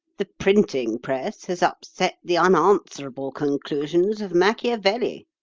the printing-press has upset the unanswerable conclusions of machiavelli.